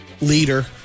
leader